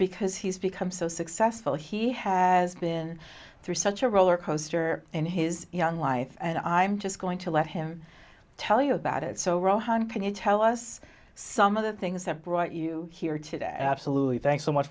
because he's become so successful he has been through such a roller coaster in his young life and i'm just going to let him tell you about it so we're all one can you tell us some of the things that brought you here today absolutely thanks so much